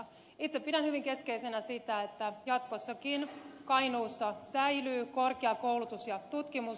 itse pidän hyvin keskeisenä sitä että jatkossakin kainuussa säilyy korkeakoulutus ja tutkimus